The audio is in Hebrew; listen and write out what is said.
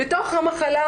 בתוך המחלה,